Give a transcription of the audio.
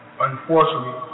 Unfortunately